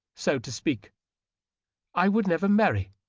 so to speak i would never marry,